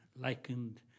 likened